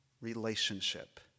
relationship